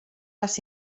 las